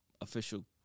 official